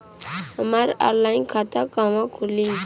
हमार ऑनलाइन खाता कहवा खुली?